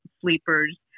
sleepers